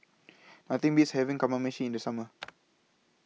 Nothing Beats having Kamameshi in The Summer